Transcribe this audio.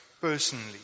personally